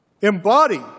embody